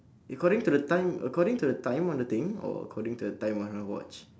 according to the time according to the time on the thing or according to the time on your watch